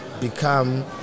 become